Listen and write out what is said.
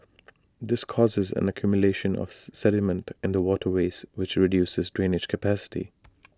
this causes an accumulation of sediment in the waterways which reduces drainage capacity